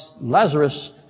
Lazarus